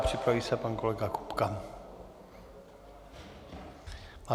Připraví se pan kolega Kupka.